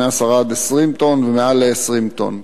מ-10 עד 20 טונות ומעל 20 טונות?